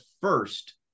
first